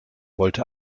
wollte